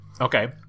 Okay